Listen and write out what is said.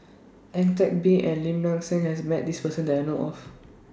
Ang Teck Bee and Lim Nang Seng has Met This Person that I know of